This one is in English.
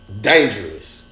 dangerous